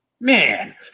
man